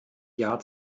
jahr